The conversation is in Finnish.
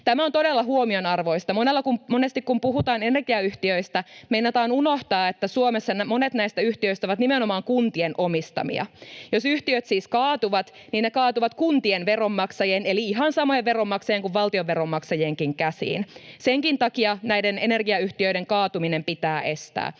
Tämä on todella huomionarvoista. Monesti kun puhutaan energiayhtiöistä, meinataan unohtaa, että Suomessa monet näistä yhtiöistä ovat nimenomaan kuntien omistamia. Jos yhtiöt siis kaatuvat, ne kaatuvat kuntien veronmaksajien — eli ihan samojen veronmaksajien kuin valtion veronmaksajat — käsiin. Senkin takia näiden energiayhtiöiden kaatuminen pitää estää,